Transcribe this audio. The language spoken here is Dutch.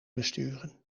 besturen